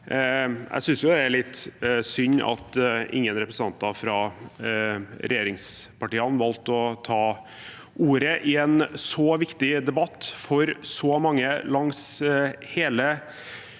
Jeg synes det er litt synd at ingen representanter fra regjeringspartiene har valgt å ta ordet i en så viktig debatt for så mange langs hele